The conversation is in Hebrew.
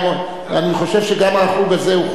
אני חושב שגם החוג הזה הוא חוג,